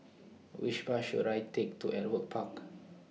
Which Bus should I Take to Ewart Park